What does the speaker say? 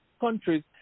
countries